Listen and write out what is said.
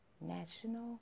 National